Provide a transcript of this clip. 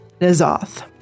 Nazoth